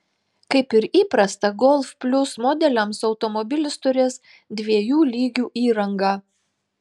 kaip ir įprasta golf plius modeliams automobilis turės dviejų lygių įrangą